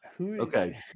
Okay